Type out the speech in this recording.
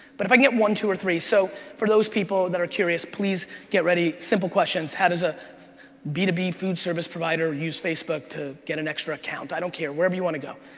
but if i get one, two, or three, so for those people that are curious, please get ready, simple questions. how does a b two b food service provider use facebook to get an extra account? i don't care, wherever you want to go.